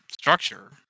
structure